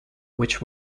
which